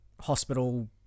hospital